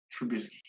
Trubisky